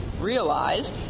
realize